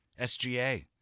SGA